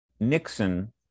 Nixon